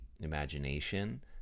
imagination